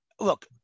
Look